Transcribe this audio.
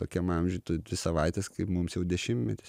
tokiam amžiuj tos dvi savaitės kaip mums jau dešimtmetis